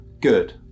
good